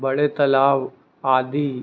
बड़े तालाब आदि